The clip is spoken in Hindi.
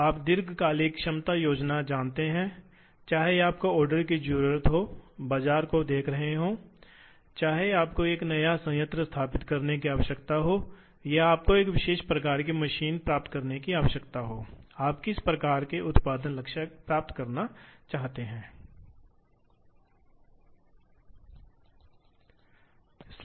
यह ड्राइव जो नियोजित हैं वे आम तौर पर सर्वो मोटर ड्राइव हैं क्योंकि आपको सटीक गति नियंत्रण की आवश्यकता होती है और आपको अच्छी क्षणिक प्रतिक्रिया की आवश्यकता होती है क्योंकि ड्राइव को बहुत सटीक स्थिति नियंत्रण की आवश्यकता होती है इसलिए उन्हें सही समय पर शुरू करना और रोकना पड़ता है